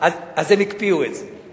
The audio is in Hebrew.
אז הם הקפיאו את זה.